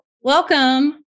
welcome